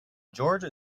george